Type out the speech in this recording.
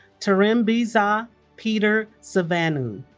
tarumbidzwa peter savanhu